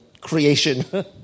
creation